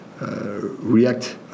react